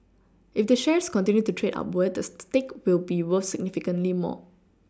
if the shares continue to trade upward the stake will be worth significantly more